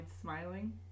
smiling